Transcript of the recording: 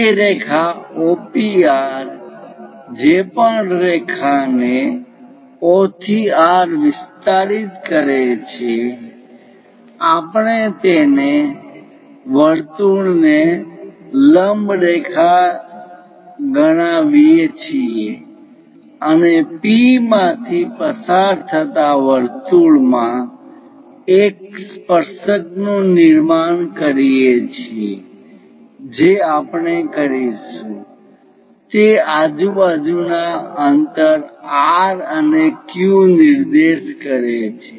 તે રેખા O P R જે પણ રેખા ને O થી R વિસ્તારિત કરે છે આપણે તેને વર્તુળને લંબ રેખા ગણાવીએ છીએ અને P માંથી પસાર થતા વર્તુળ માં એક સ્પર્શકનું નિર્માણ કરીએ છીએ જે આપણે કરીશું તે આજુબાજુના અંતર R અને Q નિર્દેશ કરે છે